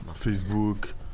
Facebook